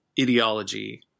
ideology